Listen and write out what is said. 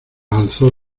alzó